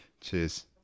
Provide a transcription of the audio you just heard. Cheers